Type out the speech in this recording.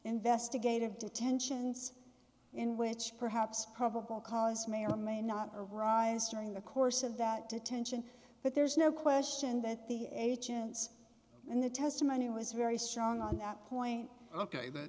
investigative detentions in which perhaps probable cause may or may not arise during the course of that detention but there's no question that the agents and the testimony was very strong on that point ok